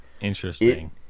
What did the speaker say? Interesting